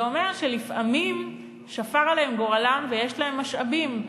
זה אומר שלפעמים שפר עליהם גורלם ויש להם משאבים,